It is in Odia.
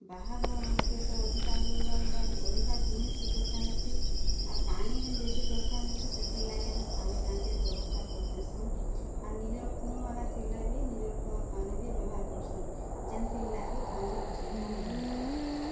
ବାହାଘରମାନ୍ କେ ତ ଅଧିକା ଲୋକବାକ୍ ଲାଗି ଅଧିକା ଜିନିଷ୍ ବି ଦରକାର୍ ହେସି ଆର୍ ପାନି ଯେନ୍ ବେଶି ଦରକାର୍ ହେସି ସେଥିରଲାଗି ଆମେ ପାନି ଟାଙ୍କିର ବ୍ୟବସ୍ଥା କରିଥିସୁଁ ଆର୍ ନିଜର୍ କୂଅଁମାନେ ଥିଲେ ବି ନିଜର୍ କୂଅଁର୍ ପାନି ବି ବ୍ୟବହାର କରସୁଁ ଯେନ୍ଥିର୍ ଲାଗି ପାନିର୍ ଅସୁବିଧା ନାଇଁ ହେସି